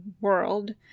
World